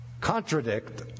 contradict